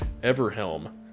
everhelm